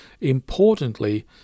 importantly